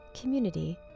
community